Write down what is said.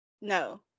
No